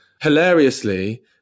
hilariously